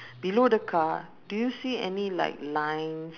below the car do you see any like lines